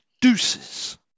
Deuces